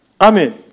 Amen